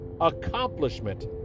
accomplishment